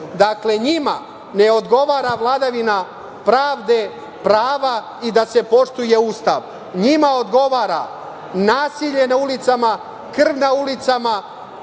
Dakle, njima ne odgovara vladavina pravde, prava i da se poštuje Ustav. Njima odgovara nasilje na ulicama, krv na ulicama,